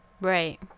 Right